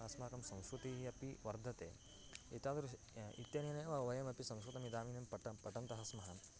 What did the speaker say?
अस्माकं संस्कृतिः अपि वर्धते एतादृशं इत्यनेनेव वयमपि संस्कृतमिदानीं पठन् पठन्तः स्मः